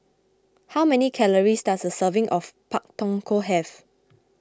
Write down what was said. how many calories does a serving of Pak Thong Ko have